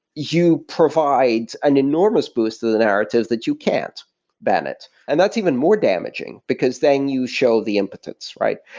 you provide an enormous boost to the narratives that you can't ban it. and that's even more damaging, because then you show the impotence, right?